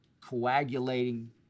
coagulating